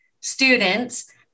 students